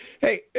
Hey